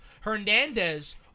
Hernandez